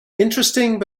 interesting